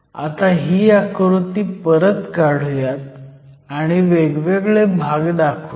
आता ही आकृती परत काढुयात आणि वेगवेगळे भाग दाखवुयात